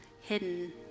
hidden